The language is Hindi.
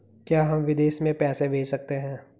क्या हम विदेश में पैसे भेज सकते हैं?